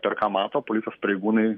ir ką mato policijos pareigūnai